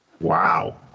Wow